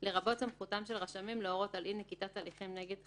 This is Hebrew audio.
לרבות סמכותם של רשמים להורות על אי-נקיטת הליכים נגד חייב,